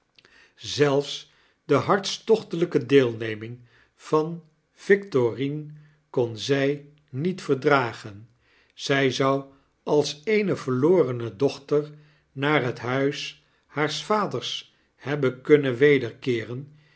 zelfs de hartstochtelijke deelneming van victorine kon zy niet verdragen zy zou als eene verlorene dochter naar het huis haars vaders hebben kunnen wederkeeren